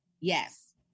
Yes